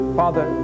father